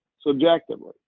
subjectively